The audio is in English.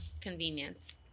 convenience